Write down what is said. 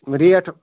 rate